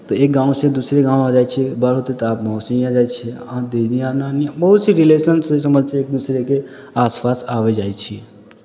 तऽ एक गाँवसँ दूसरे गाँव आ जाइ छियै बड़ होतै तऽ आब मौसी हिआँ जाइ छियै आ दीदी हिआँ नानी बहुत सी रिलेशंससँ समस्तीपुरसँ आस पास आबै जाइ छियै